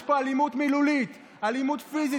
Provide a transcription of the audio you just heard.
יש פה אלימות מילולית, אלימות פיזית.